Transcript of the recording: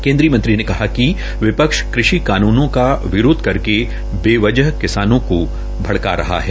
कन्द्रीय मंत्री ने कहा कि विपक्ष कृषि कानूनों का विरोध करके बेवजह किसानों को भड़का रहा है